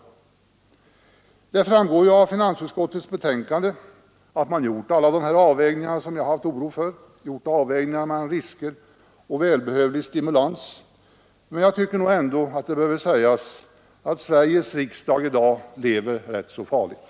Det framgår av finansutskottets betänkande att man gjort avvägningar på de punkter som jag hyst oro för — avvägningar mellan risker och välbehövlig stimulans. Men jag tycker ändå att det behöver sägas, att Sveriges riksdag i dag lever rätt farligt.